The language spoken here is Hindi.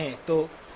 तो XS jΩ